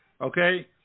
Okay